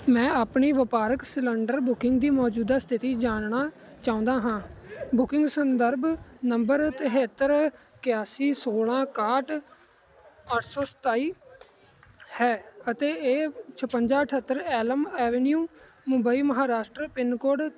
ਮੈਂ ਆਪਣੀ ਵਪਾਰਕ ਸਲੰਡਰ ਬੁਕਿੰਗ ਦੀ ਮੌਜੂਦਾ ਸਥਿਤੀ ਜਾਣਨਾ ਚਾਹੁੰਦਾ ਹਾਂ ਬੁਕਿੰਗ ਸੰਦਰਭ ਨੰਬਰ ਤੇਹੱਤਰ ਇਕਿਆਸੀ ਸੋਲਾਂ ਇਕਾਹਟ ਅੱਠ ਸੌ ਸਤਾਈ ਹੈ ਅਤੇ ਇਹ ਛਪੰਜਾ ਅਠੱਤਰ elm avenue Mumbai Maharashtra pin code